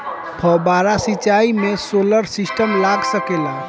फौबारा सिचाई मै सोलर सिस्टम लाग सकेला?